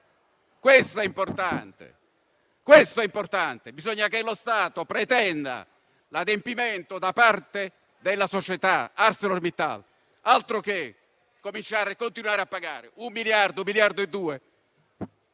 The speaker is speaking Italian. questo è importante. Bisogna che lo Stato pretenda l'adempimento da parte della società ArcelorMittal. Altro che continuare a pagare 1-1,2 miliardi per